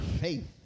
faith